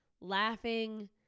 laughing